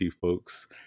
folks